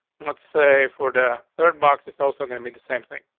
let's say for the third box is also gonna be the same thing.